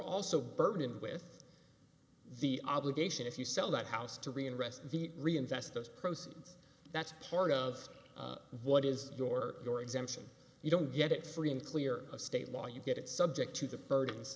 also burdened with the obligation if you sell that house to reinvest the reinvest those proceeds that's part of what is your your exemption you don't get it free and clear of state law you get it subject to the burdens